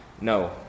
No